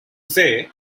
say